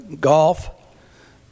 golf